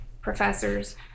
professors